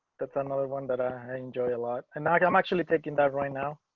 that's another one that i enjoy a lot. and i'm actually taking that right now,